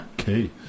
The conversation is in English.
okay